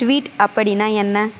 tweet அப்படின்னா என்ன